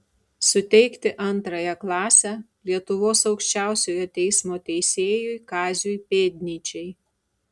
suteikti antrąją klasę lietuvos aukščiausiojo teismo teisėjui kaziui pėdnyčiai